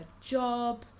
job